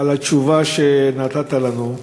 על התשובה שנתת לנו.